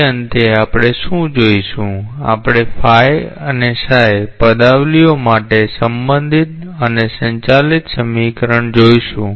હવે અંતે આપણે શું જોઈશું આપણે અને પદાવલિઓ માટે સંબંધિત અને સંચાલિત સમીકરણ જોઈશું